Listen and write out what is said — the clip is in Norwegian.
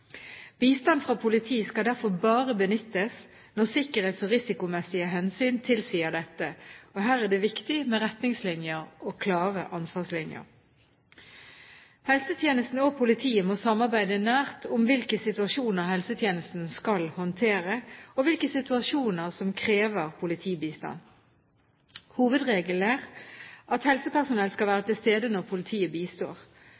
Bistand fra politiet skal derfor bare benyttes når sikkerhets- og risikomessige hensyn tilsier dette. Her er det viktig med retningslinjer og klare ansvarslinjer. Helsetjenesten og politiet må samarbeide nært om hvilke situasjoner helsetjenesten skal håndtere, og hvilke situasjoner som krever politibistand. Hovedregelen er at helsepersonell skal